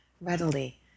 readily